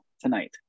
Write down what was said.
tonight